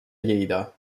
lleida